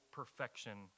perfection